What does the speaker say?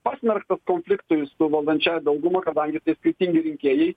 pasmerktas konfliktui su valdančiąja dauguma kadangi tai skirtingi rinkėjai